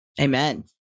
Amen